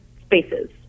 spaces